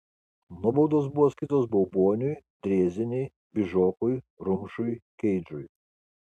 nuobaudos buvo skirtos bauboniui drėzienei bižokui rumšui keidžui